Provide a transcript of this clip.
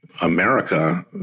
America